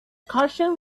cushion